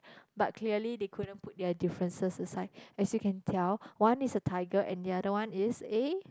but clearly they couldn't put their differences aside as you can tell one is a tiger and the other one is a